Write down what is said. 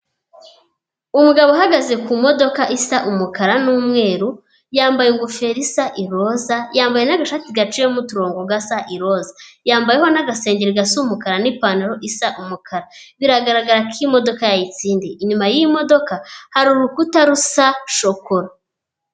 Umugabo ahagaze ku modoka isa umukara n'umweru, yambaye ingofero isa iroza yambaye n'agashati gaciyemo umuturongo gasa i roza, yambayeho n'agasengeri gasa umukara n'ipantaro isa umukara, biragaragara ko iyi modoka yayitsindiye, inyuma y'iyi modoka hari urukuta rusa shokora.